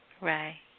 Right